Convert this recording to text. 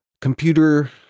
computer